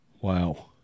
Wow